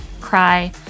cry